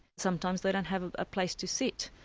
sometimes they don't have a place to sit.